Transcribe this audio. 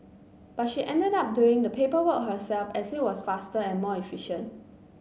but she ended up doing the paperwork herself as it was faster and more efficient